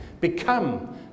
become